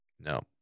No